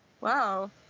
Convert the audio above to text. Wow